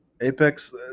Apex